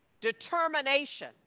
determination